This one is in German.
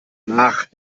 nach